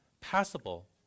passable